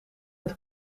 het